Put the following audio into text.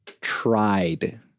tried